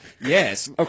Yes